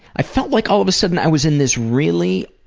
i felt like all of a sudden i was in this really